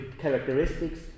characteristics